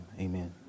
amen